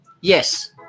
Yes